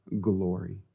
glory